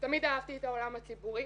תמיד אהבתי את העולם הציבורי,